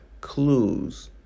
clues